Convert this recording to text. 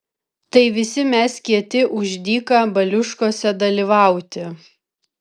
tai visi mes kieti už dyka baliuškose dalyvauti